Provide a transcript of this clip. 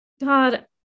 God